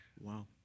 Wow